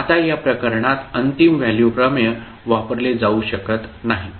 आता या प्रकरणात अंतिम व्हॅल्यू प्रमेय वापरले जाऊ शकत नाही